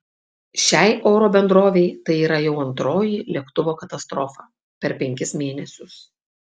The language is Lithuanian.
šiai oro bendrovei tai yra jau antroji lėktuvo katastrofa per penkis mėnesius